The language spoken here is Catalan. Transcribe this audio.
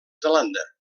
zelanda